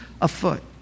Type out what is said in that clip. afoot